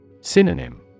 Synonym